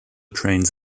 trains